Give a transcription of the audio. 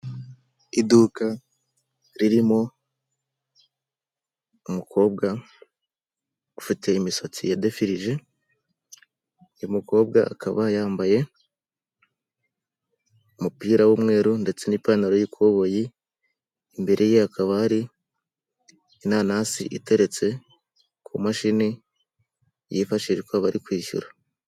Iduka ririmo umukobwa ufite imisatsi yadefirije uyu umukobwa akaba yambaye umupira w'umweru ndetse n'ipantaro y'ikoboyi imbere ye hakaba hari inanasi iteretse ku mashini yifashishwa bari kwishyura.